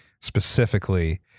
specifically